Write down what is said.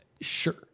Sure